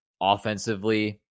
Offensively